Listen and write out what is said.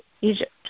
Egypt